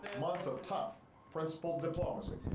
months of tough principle diplomacy,